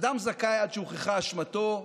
אדם זכאי עד שהוכחה אשמתו,